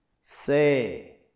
Say